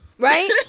Right